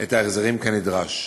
את ההחזרים כנדרש.